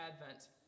Advent